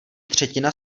třetina